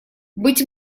быть